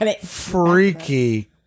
freaky